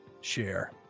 share